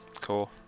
Cool